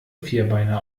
vierbeiner